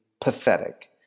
pathetic